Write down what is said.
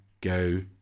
go